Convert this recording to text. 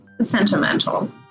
sentimental